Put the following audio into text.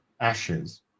ashes